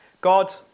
God